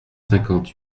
cinquante